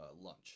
lunch